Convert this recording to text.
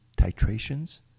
titrations